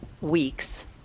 weeks